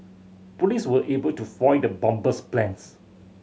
police were able to foil the bomber's plans